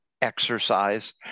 Exercise